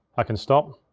i can stop.